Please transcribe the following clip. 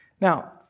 Now